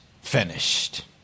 finished